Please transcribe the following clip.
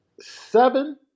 seven